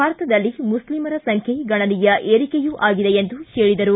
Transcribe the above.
ಭಾರತದಲ್ಲಿ ಮುಸ್ಲಿಮರ ಸಂಖ್ಯೆ ಗಣನೀಯ ಏರಿಕೆಯು ಆಗಿದೆ ಎಂದರು